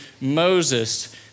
Moses